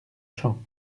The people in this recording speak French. champs